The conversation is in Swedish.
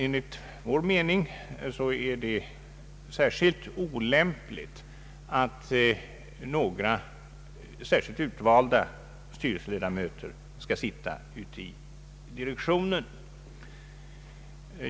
Enligt vår mening är det särskilt olämpligt att några speciellt utvalda styrelseledamöter skall sitta i direktionen.